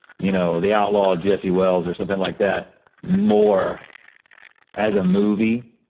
you know, the outlaw josey wales, or something like that more as a movie.